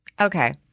Okay